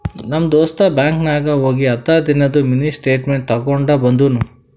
ನಮ್ ದೋಸ್ತ ಬ್ಯಾಂಕ್ ನಾಗ್ ಹೋಗಿ ಹತ್ತ ದಿನಾದು ಮಿನಿ ಸ್ಟೇಟ್ಮೆಂಟ್ ತೇಕೊಂಡ ಬಂದುನು